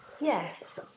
yes